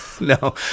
no